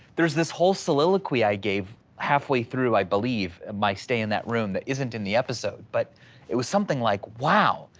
there's this whole soliloquy i gave halfway through, i believe my stay in that room that isn't in the episode. but it was something like, wow,